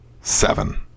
seven